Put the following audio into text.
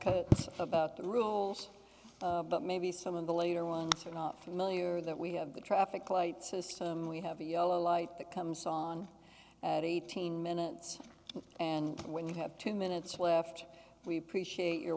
about the rules but maybe some of the later ones are not familiar that we have the traffic light system we have a yellow light that comes on at eighteen minutes and when you have two minutes left we appreciate your